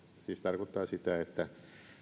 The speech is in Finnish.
siis tarkoittaa sitä että